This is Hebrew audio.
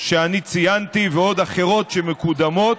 שאני ציינתי, ועוד אחרות שמקודמות,